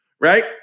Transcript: right